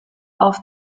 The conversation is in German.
auf